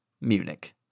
Munich